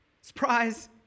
Surprise